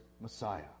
Messiah